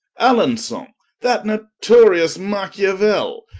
alanson that notorious macheuile?